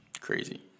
Crazy